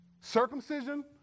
circumcision